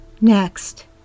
Next